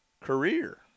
career